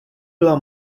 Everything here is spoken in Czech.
byla